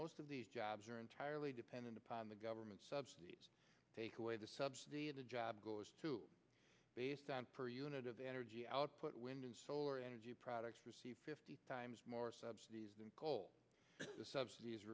most of these jobs are entirely dependent upon the government subsidies take away the subsidy the job goes to based on per unit of energy output wind and solar energy products fifty times more subsidies than coal the subsidies